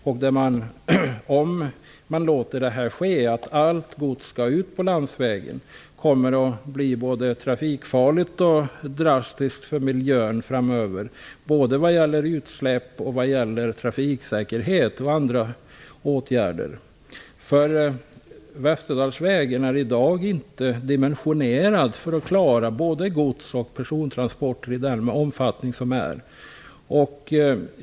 Om man låter allt gods gå på landsvägen, kommer det att bli både trafikfarligt och drastiskt för miljön framöver vad gäller utsläpp och trafiksäkerhet. Västerdalsvägen är i dag inte dimensionerad för att klara både gods och persontrafik i den omfattning som det blir fråga om.